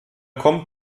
kommt